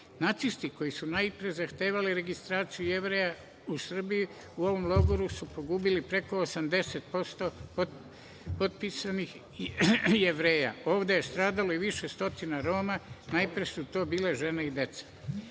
Nacisti koji su najpre zahtevali registraciju Jevreja u Srbiji, u ovom logoru su pogubili preko 80% od popisanih Jevreja. Ovde je stradalo i više stotina Roma, najpre su to bile žene i